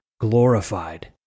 glorified